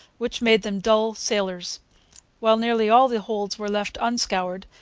which made them dull sailers while nearly all the holds were left unscoured,